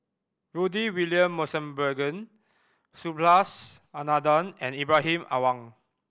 Rudy William Mosbergen Subhas Anandan and Ibrahim Awang